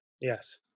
Yes